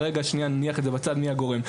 נניח בצד כרגע מי הגורם,